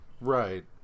Right